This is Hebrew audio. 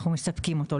אנחנו מספקים אותו.